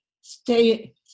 stay